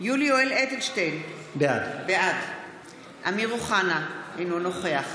יולי יואל אדלשטיין, בעד אמיר אוחנה, אינו נוכח